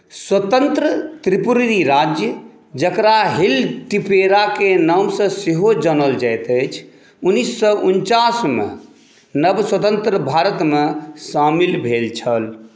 स्वतन्त्र त्रिपुरी राज्य जकरा हिल टिप्पेराके नामसँ सेहो जानल जायत अछि उन्नीस सए उनचास मे नवस्वतंत्र भारतमे शामिल भेल छल